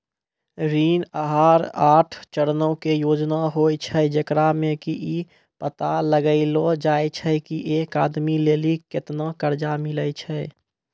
ऋण आहार आठ चरणो के योजना होय छै, जेकरा मे कि इ पता लगैलो जाय छै की एक आदमी लेली केतना कर्जा मिलै छै